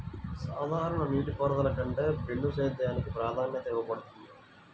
సాధారణ నీటిపారుదల కంటే బిందు సేద్యానికి ప్రాధాన్యత ఇవ్వబడుతుంది